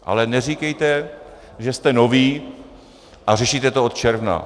Ale neříkejte, že jste noví a řešíte to od června.